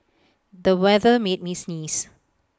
the weather made me sneeze